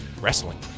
Wrestling